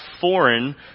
foreign